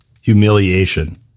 humiliation